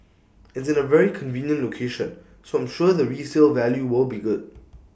it's in A very convenient location so I'm sure the resale value will be good